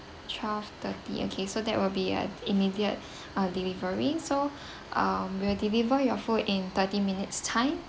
twelve thirty okay so that will be uh immediate uh delivery so um will deliver your food in thirty minutes time